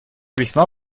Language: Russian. весьма